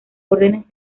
órdenes